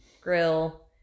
grill